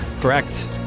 Correct